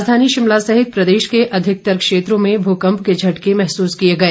राजधानी शिमला सहित प्रदेश के अधिकतर क्षेत्रों में भूकम्प के झटके महसूस किए गए